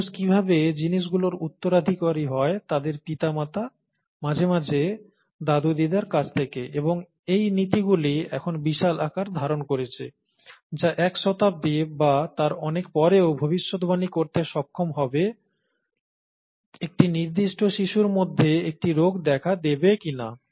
মানুষ কিভাবে জিনিস গুলোর উত্তরাধিকারী হয় তাদের পিতামাতা মাঝে মাঝে দাদু দিদার কাছ থেকে এবং এই নীতিগুলি এখন বিশাল আকার ধারণ করেছে যা এক শতাব্দী বা তার অনেক পরেও ভবিষ্যদ্বাণী করতে সক্ষম হবে একটি নির্দিষ্ট শিশুর মধ্যে একটি রোগ দেখা দেবে কিনা